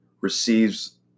receives